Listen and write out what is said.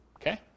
Okay